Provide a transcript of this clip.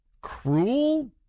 cruel